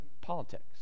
politics